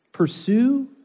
Pursue